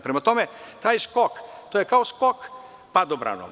Prema tome, taj skok, to je kao skok padobranom.